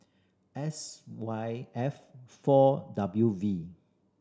S Y F four W V